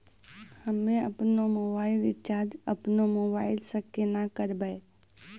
हम्मे आपनौ mobile recharge आपनौ मोबाइल से केना करवै?